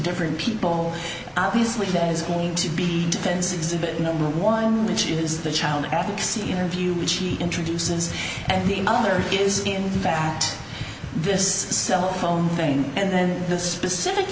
different people obviously that is going to be defense exhibit number one which is the child ethics the interview which she introduces and the mother is in fact this cell phone thing and then the specific